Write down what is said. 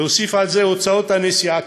להוסיף על זה את הוצאות הנסיעה,